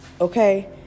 okay